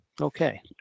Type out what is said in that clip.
Okay